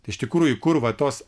tai iš tikrųjų kur va tos